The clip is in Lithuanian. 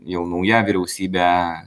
jau nauja vyriausybė